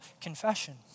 confession